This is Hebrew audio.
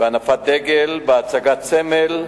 העופל ומוזיקה רועשת בחצות הלילה ליד מתחמים